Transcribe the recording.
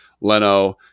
Leno